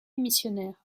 missionnaire